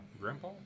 grandpa